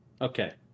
okay